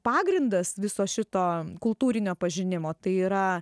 pagrindas viso šito kultūrinio pažinimo tai yra